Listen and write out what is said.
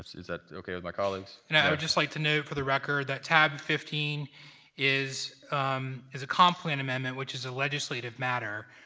is that okay with my colleagues? you know i would just like to note for the record that tab fifteen is is a comp plan amendment, which is a legislative matter,